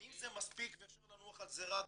האם זה מספיק ואפשר לנוח על זרי הדפנה?